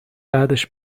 بعدش